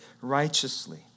righteously